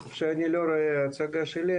שאני לא רואה את ההצגה שלי,